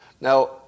Now